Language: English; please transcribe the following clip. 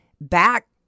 back